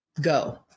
Go